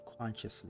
consciously